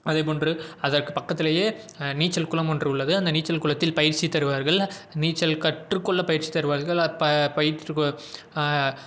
அதேபோன்று அதற்கு பக்கத்திலேயே நீச்சல் குளம் ஒன்று உள்ளது அந்த நீச்சல் குளத்தில் பயிற்சி தருவார்கள் நீச்சல் கற்றுக்கொள்ள பயிற்சி தருவார்கள் அப்போ பயிற்றுக்கொள்